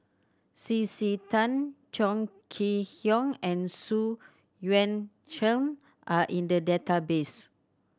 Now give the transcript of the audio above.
C C Tan Chong Kee Hiong and Xu Yuan Zhen are in the database